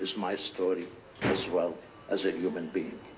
is my story as well as a human being